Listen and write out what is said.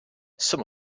some